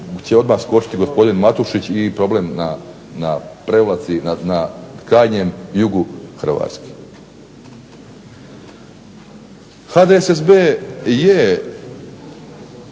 će odmah skočiti gospodin Matušić i problem na Prevlaci, na krajnjem jugu Hrvatske. HDSSB je